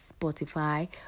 Spotify